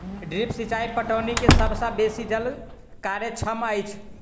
drip सिचाई पटौनी के सभ सॅ बेसी जल कार्यक्षम अछि